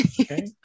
Okay